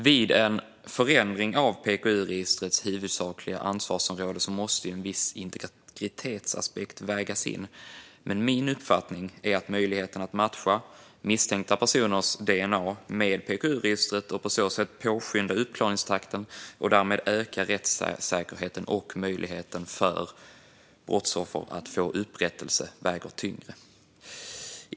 Vid en förändring av PKU-registrets huvudsakliga användningsområden måste en viss integritetsaspekt vägas in, men min uppfattning är att möjligheten att matcha misstänkta personers dna med PKU-registret och på så sätt påskynda uppklaringstakten och därmed öka rättssäkerheten och möjligheten för brottsoffer att få upprättelse väger tyngre.